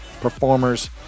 performers